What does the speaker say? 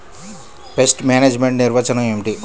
Pest management నిర్వచనం ఏమిటి?